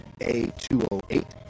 A208